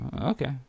Okay